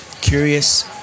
curious